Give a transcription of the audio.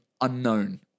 unknown